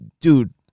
dude